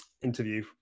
interview